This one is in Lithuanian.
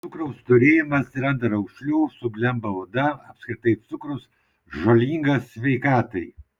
nuo cukraus storėjama atsiranda raukšlių suglemba oda apskritai cukrus žalingas sveikatai